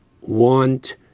want